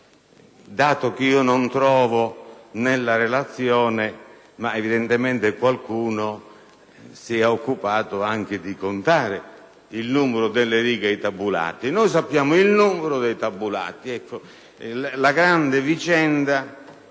trovo questo dato nella relazione, ma evidentemente qualcuno si è occupato anche di contare il numero delle righe dei tabulati). Noi sappiamo il numero dei tabulati. La grande vicenda